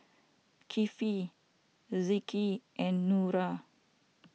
Kefli Rizqi and Nura